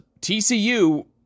TCU